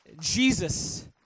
Jesus